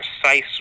precise